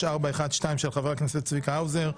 של חבר הכנסת צביקה האוזר.